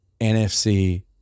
NFC